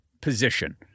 position